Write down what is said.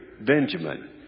Benjamin